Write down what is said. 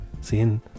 seeing